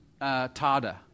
Tada